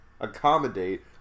accommodate